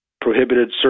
prohibited